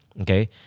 okay